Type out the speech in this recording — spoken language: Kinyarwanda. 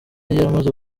yaramaze